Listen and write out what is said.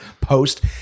post